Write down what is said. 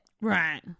Right